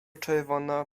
czerwona